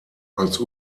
als